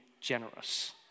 generous